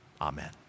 Amen